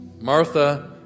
Martha